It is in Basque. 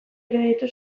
iruditu